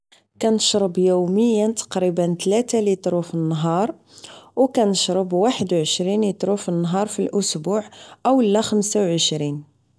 كنشرب يوميا تقريبا تلات لترو بالنهار و كنشرب واحد و عشرين اترو فالنهار فالاسبوع اولا خمسة و عشرين